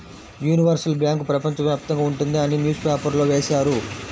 universal bank ప్రపంచ వ్యాప్తంగా ఉంటుంది అని న్యూస్ పేపర్లో వేశారు